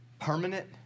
permanent